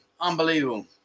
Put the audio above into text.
Unbelievable